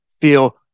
feel